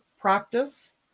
practice